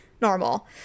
normal